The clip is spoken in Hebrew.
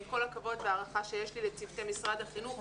עם כל הכבוד וההערכה שיש לי לצוותי משרד החינוך,